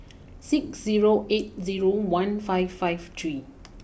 six zero eight zero one five five three